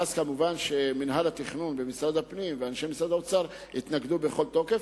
ואז כמובן שמינהל התכנון במשרד הפנים ואנשי משרד האוצר התנגדו בכל תוקף,